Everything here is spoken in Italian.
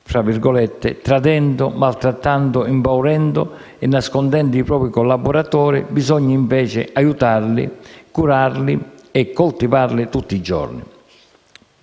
«tradendo, maltrattando, impaurendo e nascondendo i propri collaboratori; bisogna invece aiutarli, curarli e coltivarli tutti i giorni».